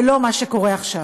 ולא מה שקורה עכשיו.